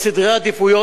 בסדרי עדיפויות,